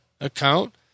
account